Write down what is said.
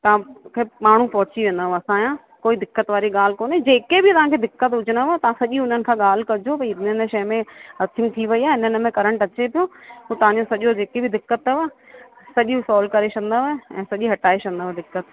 तव्हांखे माण्हू पहुंची वेंदव असांजा कोई दिक़तु वारी ॻाल्हि कोन्हे जेके बि तव्हां दिक़तु हुजंदव तव्हां सॼी उन्हनि खां ॻाल्हि कजो भाई इन शइ में अर्थिंग थी वई आहे इन इन में करंट अचे पियो हो सॼो तव्हांजो जेके बि दिक़त अथव सॼियूं सॉल्व करे छॾंदव ऐं सॼी हटाए छॾंदव दिक़तु